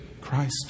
christ